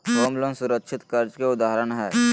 home loan सुरक्षित कर्ज के उदाहरण हय